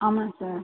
ஆமாம் சார்